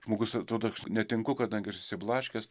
žmogus atrodo netinku kadangi aš išsiblaškęs